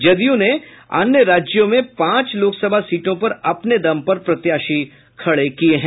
जदयू ने अन्य राज्यों में पांच लोक सभा सीटों पर अपने दम पर प्रत्याशी खड़े किये हैं